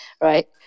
right